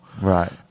Right